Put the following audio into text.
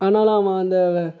ஆனாலும் அவன் அந்த